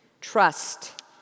Trust